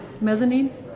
Mezzanine